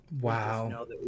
Wow